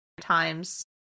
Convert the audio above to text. times